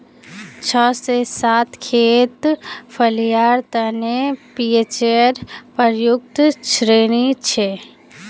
छह से सात खेत फलियार तने पीएचेर उपयुक्त श्रेणी छे